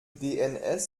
dns